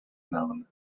known